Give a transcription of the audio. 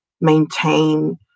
maintain